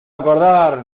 acordar